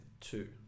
two